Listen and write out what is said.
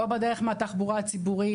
או בדרך מהתחבורה הציבורית,